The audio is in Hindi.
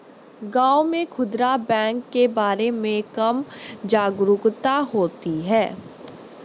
गांव में खूदरा बैंक के बारे में कम जागरूकता होती है